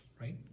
right